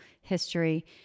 history